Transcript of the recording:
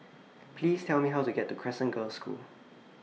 Please Tell Me How to get to Crescent Girls' School